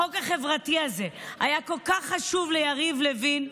החוק החברתי הזה היה כל כך חשוב ליריב לוין,